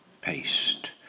paste